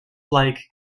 like